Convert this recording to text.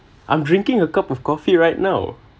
I'm drinking a cup of coffee right now